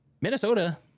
Minnesota